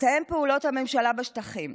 מתאם פעולות הממשלה בשטחים,